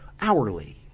Hourly